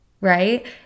right